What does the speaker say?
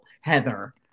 Heather